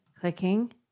clicking